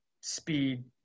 speed